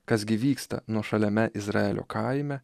kas gi vyksta nuošaliame izraelio kaime